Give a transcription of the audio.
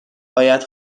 باید